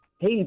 Hey